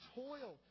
toil